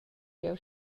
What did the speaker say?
jeu